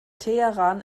teheran